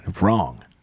Wrong